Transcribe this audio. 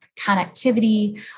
connectivity